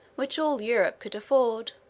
which all europe could afford.